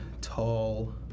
tall